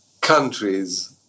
countries